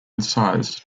incised